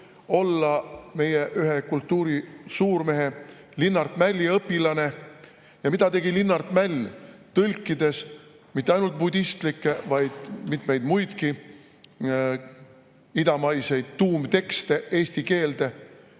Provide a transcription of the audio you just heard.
olla meie ühe kultuuri suurmehe, Linnart Mälli õpilane. Mida tegi Linnart Mäll, tõlkides mitte ainult budistlikke, vaid mitmeid muidki idamaiseid tuumtekste eesti keelde?